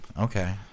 Okay